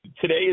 today